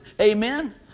Amen